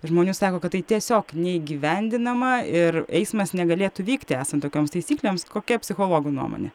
žmonių sako kad tai tiesiog neįgyvendinama ir eismas negalėtų vykti esant tokioms taisyklėms kokia psichologų nuomonė